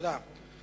תודה.